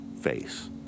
face